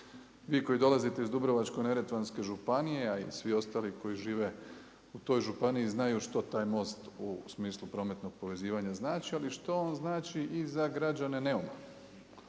Vi koji dolazite iz Dubrovačko-neretvanske županije, a i svi ostali koji žive u toj županiji znaju što taj most u smislu prometnog povezivanja znači, ali što on znači i za građane Neuma.